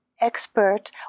expert